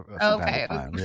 Okay